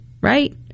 Right